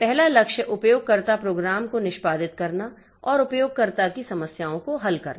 पहला लक्ष्य उपयोगकर्ता प्रोग्राम को निष्पादित करना और उपयोगकर्ता की समस्याओं को हल करना